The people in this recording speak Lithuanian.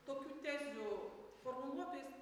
tokių tezių formuluotojais